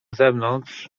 zewnątrz